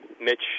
Mitch